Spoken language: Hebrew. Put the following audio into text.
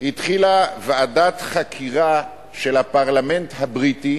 התחילה ועדת חקירה של הפרלמנט הבריטי